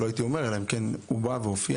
לא הייתי מזכיר אותו אם הוא לא היה מופיע.